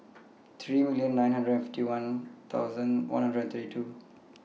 three million nine hundred and fifty one one hundred and thirty two